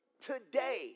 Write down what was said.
today